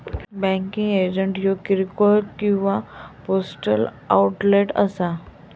banking agent ह्या किरकोळ किंवा पोस्टल आउटलेट असा